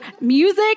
music